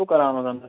શું કરાવાનું તમને